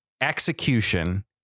execution